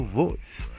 voice